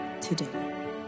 today